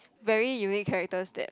very unique characters that